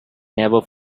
never